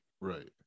Right